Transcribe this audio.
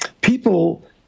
People